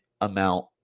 amount